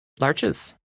Larches